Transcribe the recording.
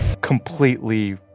completely